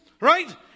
Right